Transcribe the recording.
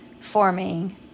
forming